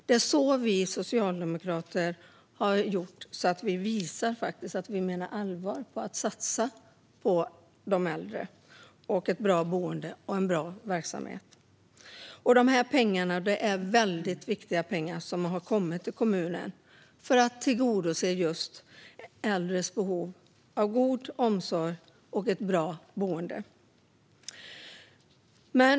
Det är så vi socialdemokrater har gjort. Det är så vi visar att vi menar allvar med att satsa på de äldre, ett bra boende och en bra verksamhet. Dessa pengar är väldigt viktiga pengar, som har kommit till kommunen för att man ska tillgodose äldres behov av god omsorg och ett bra boende.